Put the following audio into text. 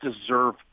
deserve